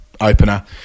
opener